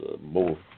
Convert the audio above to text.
more